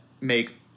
make